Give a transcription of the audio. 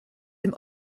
dem